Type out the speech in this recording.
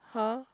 [huh]